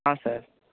ஆ sir